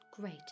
Great